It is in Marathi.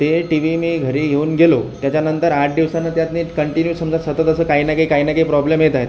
ते टी व्ही मी घरी घेऊन गेलो त्याच्यानंतर आठ दिवसानं त्यातनं कंटिन्यू समजा सतत असं काहीना काही काहीना काही प्रॉब्लेम येत आहेत